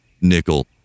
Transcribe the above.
nickel